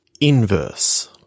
Inverse